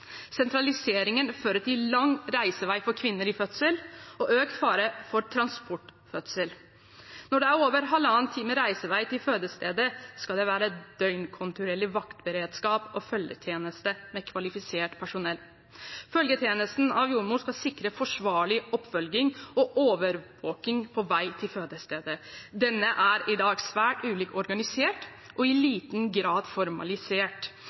Sentraliseringen fører til lang reisevei for kvinner i fødsel og økt fare for transportfødsel. Når det er over halvannen time reisevei til fødestedet, skal det være døgnkontinuerlig vaktberedskap og følgetjeneste med kvalifisert personell. Følgetjeneste med jordmor skal sikre forsvarlig oppfølging og overvåking på vei til fødestedet. Denne er i dag svært ulikt organisert og i liten grad formalisert.